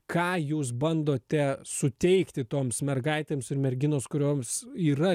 ką jūs bandote suteikti toms mergaitėms ir merginos kurioms yra